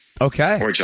Okay